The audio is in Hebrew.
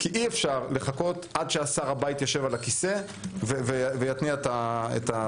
כי אי אפשר לחכות עד שהשר הבא יישב על הכיסא ויתניע את התהליך.